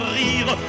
rire